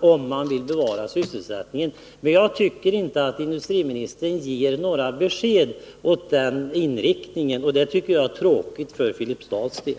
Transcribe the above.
om han vill bevara sysselsättningen. Jag tycker inte att industriministern ger några besked om att han har den inriktningen, och det är tråkigt för Filipstads del.